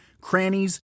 crannies